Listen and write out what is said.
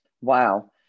Wow